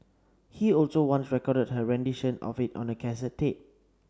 he also once recorded her rendition of it on a cassette tape